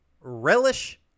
relish